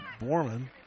Borman